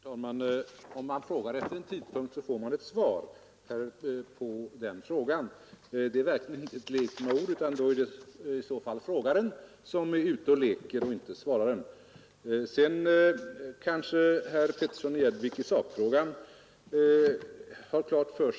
Herr talman! Om man frågar efter en tidpunkt, så får man ett svar på den frågan. Det är verkligen inte en lek med ord — det är kanske frågaren som leker med ord och inte svararen.